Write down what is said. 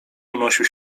unosił